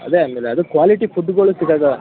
ಅದೇ ಆಮೇಲೆ ಅದು ಕ್ವಾಲಿಟಿ ಫುಡ್ಗಳು ಸಿಗಲ್ಲ